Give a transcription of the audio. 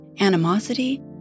animosity